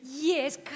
Yes